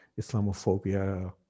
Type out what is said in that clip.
Islamophobia